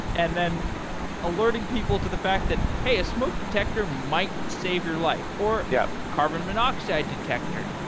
and then alerting people to the fact that, hey, a smoke detector might save your life, or yeah carbon monoxide detector.